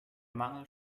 mangel